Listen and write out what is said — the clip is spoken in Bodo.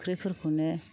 ओंख्रिफोरखौनो